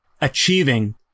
Achieving